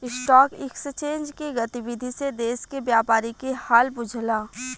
stock exchange के गतिविधि से देश के व्यापारी के हाल बुझला